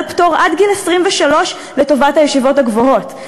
פטור עד גיל 23 לטובת הישיבות הגבוהות.